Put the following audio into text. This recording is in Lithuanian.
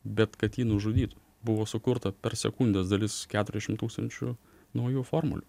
bet kad jį nužudytų buvo sukurta per sekundės dalis keturiasdešim tūkstančių naujų formulių